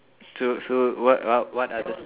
so so what uh what other sport